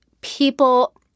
people